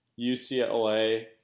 UCLA